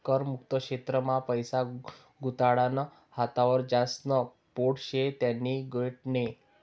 कर मुक्त क्षेत्र मा पैसा गुताडानं हातावर ज्यास्न पोट शे त्यानी गोट नै